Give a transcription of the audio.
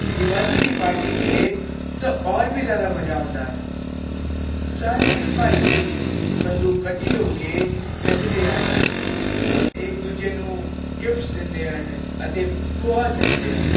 ਦਿਵਾਲੀ ਦੀ ਪਾਰਟੀ 'ਤੇ ਤਾਂ ਔਰ ਵੀ ਜ਼ਿਆਦਾ ਮਜਾ ਆਉਂਦਾ ਹੈ ਸਾਰੇ ਭਾਈ ਬੰਦੂ ਇਕੱਠੇ ਹੋ ਕੇ ਨੱਚਦੇ ਹਨ ਇੱਕ ਦੂਜੇ ਨੂੰ ਗਿਫਟਸ ਦਿੰਦੇ ਹਨ ਅਤੇ ਬਹੁਤ ਨੱਚਦੇ ਹਨ